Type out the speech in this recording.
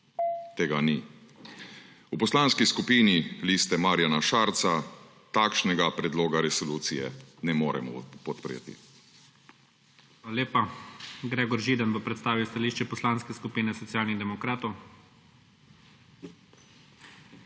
Tega ni. V Poslanski skupini Liste Marjana Šarca takšnega predloga resolucije ne moremo podpreti.